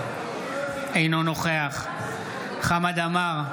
אינו נוכח חמד עמאר,